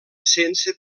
sense